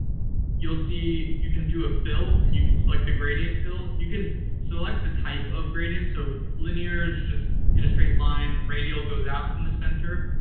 you'll see you can do a fill, and you can select the gradient fill. you can select the type of gradient. so, linear is just in a straight line. radial goes outs from the center.